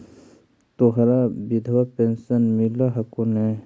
तोहरा विधवा पेन्शन मिलहको ने?